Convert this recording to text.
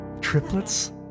Triplets